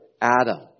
Adam